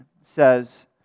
says